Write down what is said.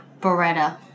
Beretta